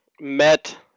Met